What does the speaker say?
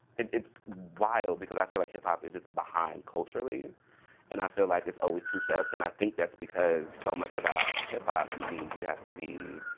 it's wild, because i feel like hip hop is just behind culturally and i feel like it's always two steps and i think that's because so much about hip hop means you have to be